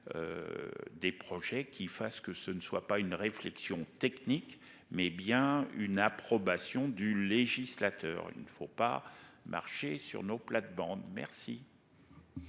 Des projets qui fasse que ce ne soit pas une réflexion technique mais bien une approbation du législateur, il ne faut pas marcher sur nos plates-bandes, merci.